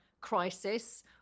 crisis